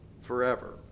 forever